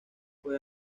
fue